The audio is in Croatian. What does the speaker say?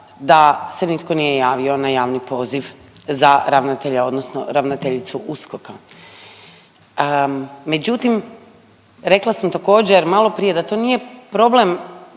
da se nitko nije javio na javni poziv za ravnatelja odnosno ravnateljicu USKOK-a. Međutim, rekla sam također, da to nije problem